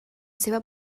seva